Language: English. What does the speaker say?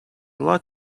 lot